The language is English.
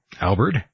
Albert